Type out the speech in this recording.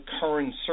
current